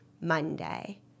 Monday